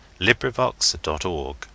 LibriVox.org